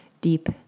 deep